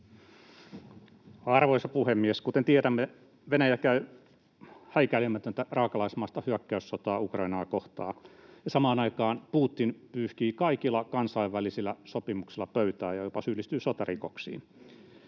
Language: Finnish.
Arvoisa puhemies! Kuten tiedämme, Venäjä käy häikäilemätöntä, raakalaismaista hyökkäyssotaa Ukrainaa kohtaan, ja samaan aikaan Putin pyyhkii kaikilla kansainvälisillä sopimuksilla pöytää ja jopa syyllistyy sotarikoksiin.